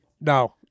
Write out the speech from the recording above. No